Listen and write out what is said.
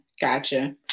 Gotcha